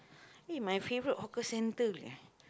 eh my favourite hawker centre